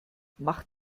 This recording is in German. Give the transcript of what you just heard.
mach